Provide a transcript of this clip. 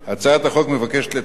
כי יש לך חוק